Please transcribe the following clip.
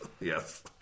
Yes